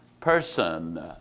person